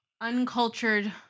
uncultured